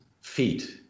feet